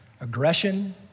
aggression